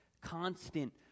constant